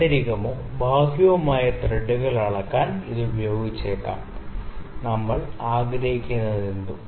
ആന്തരികമോ ബാഹ്യമോ ആയ ത്രെഡുകൾ അളക്കാൻ ഇത് ഉപയോഗിച്ചേക്കാം നമ്മൾ ആഗ്രഹിക്കുന്നതെന്തും